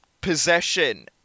possession